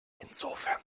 insofern